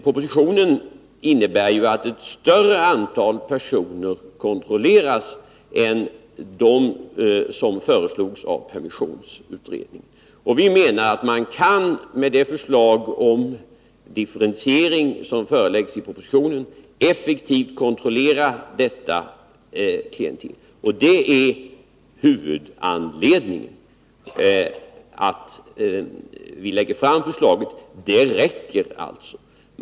Propositionen innebär ju att ett större antal personer kontrolleras än vad som föreslogs av permissionsutredningen. Jag menar att man med det förslag om differentiering som läggs fram i propositionen effektivt kan kontrollera detta klientel. Och det är huvudanledningen till att vi lägger fram förslag. Det räcker alltså.